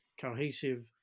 cohesive